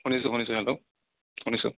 শুনিছোঁ শুনিছোঁ হেল্ল' শুনিছোঁ